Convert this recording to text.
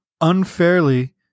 unfairly